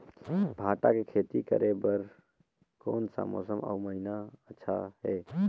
भांटा के खेती करे बार कोन सा मौसम अउ महीना अच्छा हे?